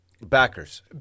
Backers